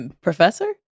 professor